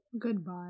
goodbye